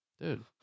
Dude